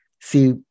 see